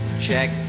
check